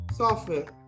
software